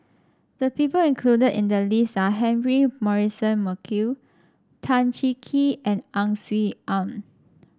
the people included in the list are Humphrey Morrison Burkill Tan Cheng Kee and Ang Swee Aun